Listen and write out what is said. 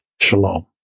shalom